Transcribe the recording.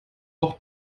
auch